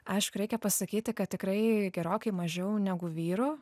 aišku reikia pasakyti kad tikrai gerokai mažiau negu vyrų